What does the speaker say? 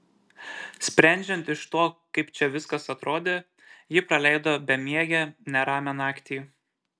sprendžiant iš to kaip čia viskas atrodė ji praleido bemiegę neramią naktį